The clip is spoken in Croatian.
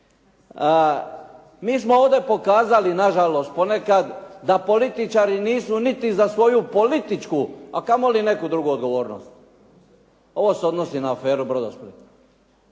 Mi smo ovdje pokazali nažalost ponekada da političaru nisu niti za svoju političku, a kamoli neku drugu odgovornost. Ovo se odnosi na aferu Brodosplit.